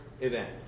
event